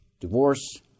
divorce